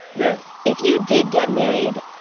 yeah if you did get married,